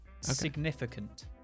significant